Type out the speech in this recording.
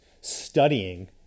studying